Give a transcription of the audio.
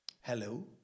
Hello